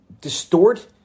distort